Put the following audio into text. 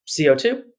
CO2